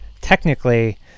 technically